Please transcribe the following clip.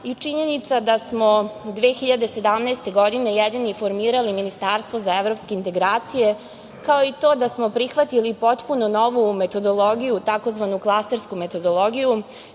i činjenica da smo 2017. godine jedini formirali Ministarstvo za evropske integracije, kao i to da smo prihvatili potpuno novu metodologiju tzv. klastersku metodologiju,